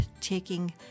taking